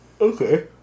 Okay